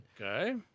Okay